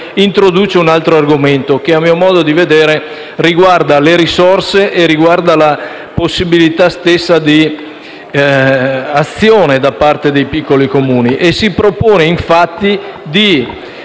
introduce un altro argomento che, a mio modo di vedere, riguarda le risorse e la possibilità stessa di azione da parte dei piccoli Comuni. Esso si propone infatti di